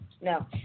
No